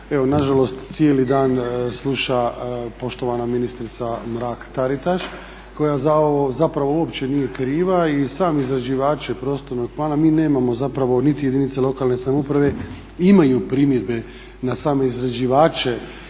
nažalost cijeli dan sluša poštovana ministrica Mrak Taritaš koja za ovo uopćenije kriva i sami izrađivači prostornog prava. Mi nemamo niti jedinice lokalne samouprave imaju primjedbe na same izrađivače